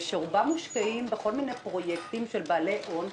שרובם מושקעים בכל מיני פרויקטים של בעלי הון,